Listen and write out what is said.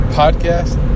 podcast